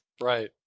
right